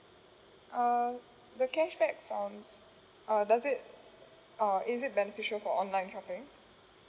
uh the cashback sounds uh does it uh is it beneficial for online shopping